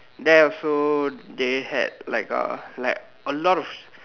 there also they had like a like a lot of